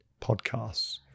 podcasts